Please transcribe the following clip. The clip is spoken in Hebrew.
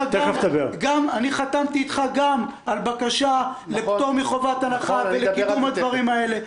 אני חתמתי איתך גם על בקשה לפטור מחובת הנחה ולקידום הדברים האלה.